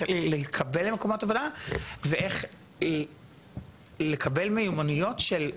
להתקבל למקומות עבודה ואיך לקבל מיומנויות של,